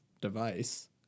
device